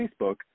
Facebook